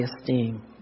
esteem